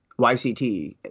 YCT